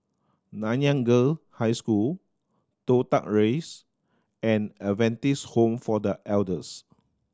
Nanyang Girl High School Toh Tuck Rise and Adventist Home for The Elders